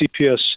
CPS